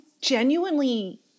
genuinely